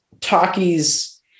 talkies